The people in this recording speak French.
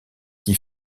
qui